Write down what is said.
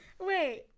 Wait